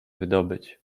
wydobyć